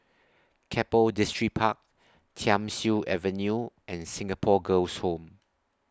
Keppel Distripark Thiam Siew Avenue and Singapore Girls' Home